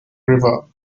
river